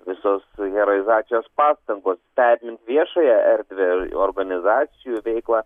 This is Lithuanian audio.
visos herojizacijos pastangos stebint viešąją erdvę ir organizacijų veiklą